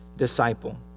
disciple